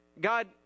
God